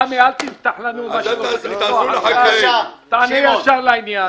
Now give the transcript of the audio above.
עמי, אל תיפתח לנו --- אסף, תענה ישר לעניין.